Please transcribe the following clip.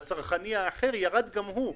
האשראי הצרכני האחר ירד גם הוא.